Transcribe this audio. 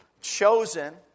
chosen